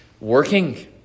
working